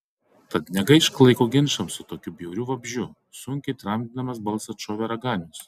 tad negaišk laiko ginčams su tokiu bjauriu vabzdžiu sunkiai tramdydamas balsą atšovė raganius